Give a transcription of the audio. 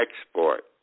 Export